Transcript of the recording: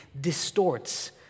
distorts